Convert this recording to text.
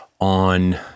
on –